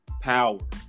power